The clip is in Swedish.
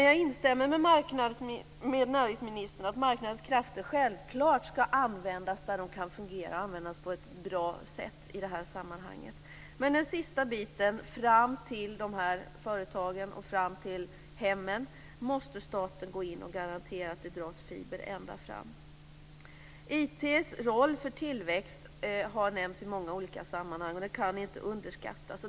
Jag instämmer med näringsministern att marknadens krafter självklart skall användas där de kan fungera och användas på ett bra sätt i det här sammanhanget, men den sista biten fram till dessa företag och fram till hemmen måste staten gå in och garantera att det dras fiber ända fram. IT:s roll för tillväxt har nämnts i många olika sammanhang, och den kan inte underskattas.